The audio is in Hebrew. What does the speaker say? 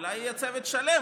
ולה יהיה כבר צוות שלם,